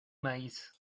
maíz